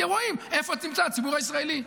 כי הם רואים איפה נמצא הציבור הישראלי.